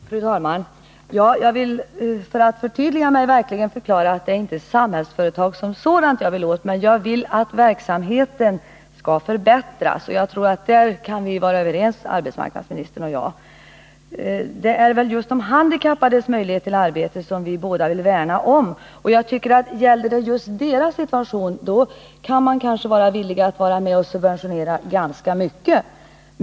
Fru talman! Jag vill, för att förtydliga mig, verkligen förklara att det inte är Samhällsföretag som sådant jag vill åt. Däremot vill jag att verksamheten skall förbättras. Jag tror att arbetsmarknadsministern och jag kan vara överens på den punkten. Det är de handikappades möjligheter till arbete som vi båda vill värna om. Och gäller det just de handikappades situation, kan man kanske vara villig att subventionera ganska mycket.